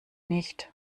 nicht